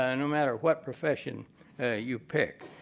ah no matter what profession you picked.